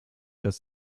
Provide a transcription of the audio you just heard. das